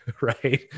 Right